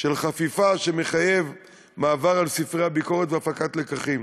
של חפיפה שמחייב מעבר על ספרי הביקורת והפקת לקחים.